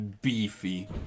beefy